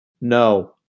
No